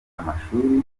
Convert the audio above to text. amashuri